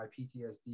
PTSD